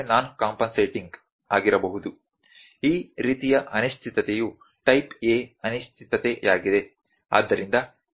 ಈ ರೀತಿಯ ಅನಿಶ್ಚಿತತೆಯು ಟೈಪ್ A ಅನಿಶ್ಚಿತತೆಯಾಗಿದೆ